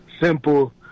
simple